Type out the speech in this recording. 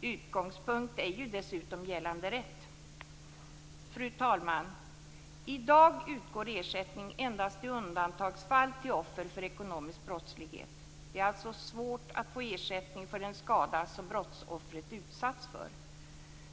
Utgångspunkten är ju dessutom gällande rätt. Fru talman! I dag utgår ersättning endast i undantagsfall till offer för ekonomisk brottslighet. Det är alltså svårt att få ersättning för den skada som brottsoffret utsatts för.